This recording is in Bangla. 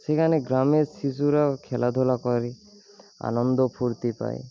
সেখানে গ্রামের শিশুরা খেলাধুলা করে আনন্দ ফুর্তি পায়